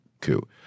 coup